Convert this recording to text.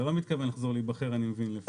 אתה לא מתכוון לחזור להיבחר אני מבין.